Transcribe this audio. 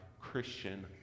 Christian